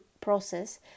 process